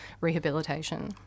rehabilitation